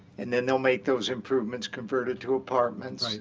and then they'll make those improvements, convert it to apartments,